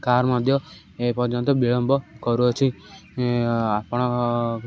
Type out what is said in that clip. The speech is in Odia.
କାର୍ ମଧ୍ୟ ଏ ପର୍ଯ୍ୟନ୍ତ ବିଳମ୍ବ କରୁଅଛି ଆପଣ